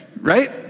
right